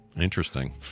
interesting